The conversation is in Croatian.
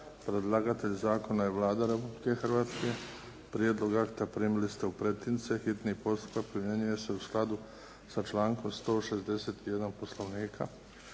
Predlagatelj zakona je Vlada Republike Hrvastke. Prijedlog akta primili ste u pretince. Hitni postupak primjenjuje se u skladu sa člankom 161. Poslovnika.